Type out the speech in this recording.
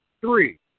Three